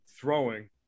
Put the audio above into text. throwing